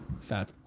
Fat